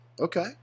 Okay